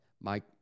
Mike